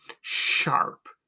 sharp